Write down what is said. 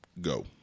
go